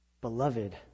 beloved